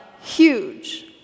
huge